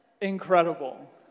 Incredible